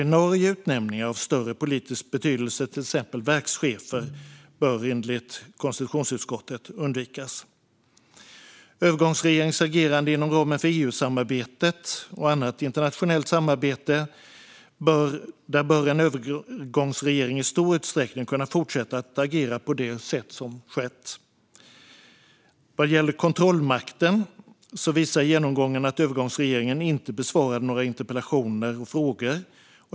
Ordinarie utnämningar av större politisk betydelse, till exempel verkschefer, bör enligt konstitutionsutskottet undvikas. När det gäller agerande inom ramen för EU-samarbetet och annat internationellt samarbete bör en övergångsregering i stor utsträckning kunna fortsätta att agera på det sätt som skett. Vad gäller kontrollmakten visar genomgången att övergångsregeringen inte besvarade några interpellationer eller frågor.